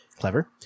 clever